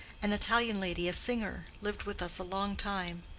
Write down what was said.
an italian lady, a singer, lived with us a long time.